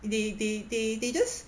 they they they they just